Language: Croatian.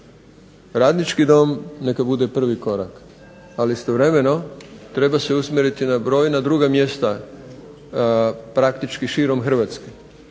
radnički dom neka bude prvi korak, ali istovremeno treba se usmjeriti na brojna druga mjesta praktički širom Hrvatske,